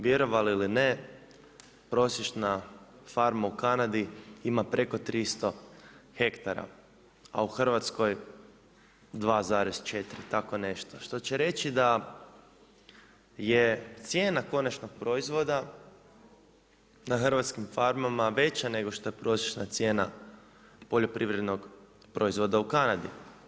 Vjerovali ili ne, prosječna farma u Kanadi ima preko 300 hektara, a u Hrvatskoj 2,4, tako nešto, što će reći da je cijena konačnog proizvoda na hrvatskim farmama veće nego što je prosječna cijena poljoprivrednog proizvoda u Kanadi.